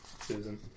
Susan